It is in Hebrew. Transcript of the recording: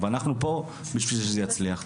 ואנחנו פה בשביל שזה יצליח.